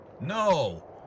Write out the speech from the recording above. No